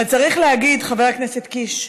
אבל צריך להגיד, חבר הכנסת קיש,